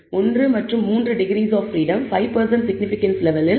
1 மற்றும் 3 degrees of பிரீடத்தில் 5 significance லெவலில் அது 4